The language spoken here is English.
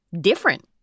different